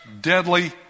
deadly